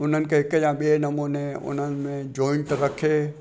उन्हनि खे हिकु या ॿिए नमूने उन्हनि में जॉइंट रखे